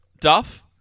Duff